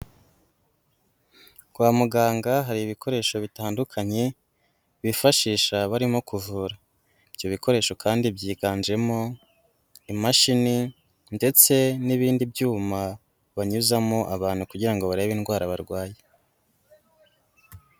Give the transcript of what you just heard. Kwa muganga hari ibikoresho bitandukanye bifashisha barimo kuvura, ibyo bikoresho kandi byiganjemo imashini ndetse n'ibindi byuma banyuzamo abantu kugira ngo barebe indwara barwaye.